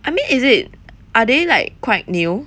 I mean is it are they like quite new